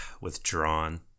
withdrawn